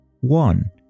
One